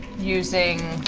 using